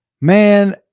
Man